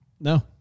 No